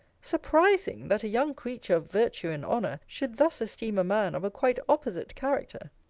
surprising! that a young creature of virtue and honour should thus esteem a man of a quite opposite character!